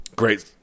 Great